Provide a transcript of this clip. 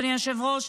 אדוני היושב-ראש.